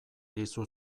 dizu